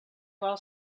well